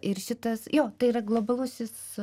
ir šitas jo tai yra globalusis